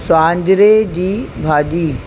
स्वांजरे जी भाॼी